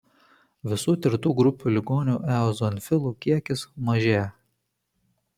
visų tirtų grupių ligonių eozinofilų kiekis mažėja